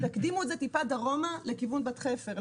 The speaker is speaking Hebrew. תקדימו את זה טיפה דרומה לכיוון בת חפר.